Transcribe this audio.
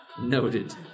Noted